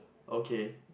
okay